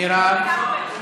מירב.